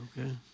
okay